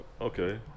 okay